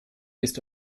ist